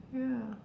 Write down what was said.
ya